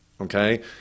okay